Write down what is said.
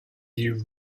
you